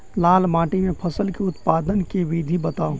लाल माटि मे फसल केँ उत्पादन केँ विधि बताऊ?